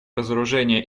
разоружения